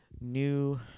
new